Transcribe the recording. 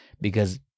Because-